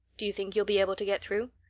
do you think you'll be able to get through?